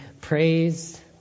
praise